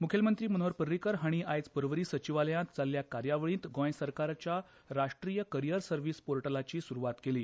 मुख्यमंत्री मनोहर पर्रीकार हांणी आयज पर्वरी सचिवालयांत जाल्ले कार्यावळींत गोंय सरकाराच्या राष्ट्रीय करीयर सर्वीस ह्या पोर्टलाची सुरवात केली